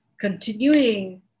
continuing